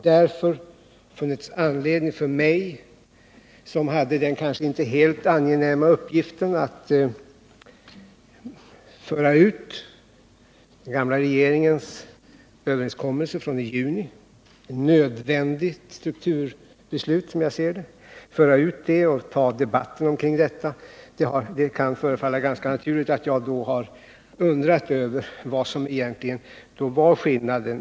Jag hade själv den kanske inte helt angenäma uppgiften att föra ut den gamla regeringens överenskommelse från i juni, ett som jag ser det nödvändigt strukturbeslut, och ta debatten omkring det. Det kan då förefalla ganska naturligt att jag undrar över vad som egentligen är skillnaden.